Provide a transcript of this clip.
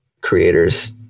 creators